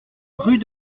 rue